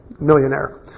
Millionaire